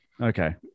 Okay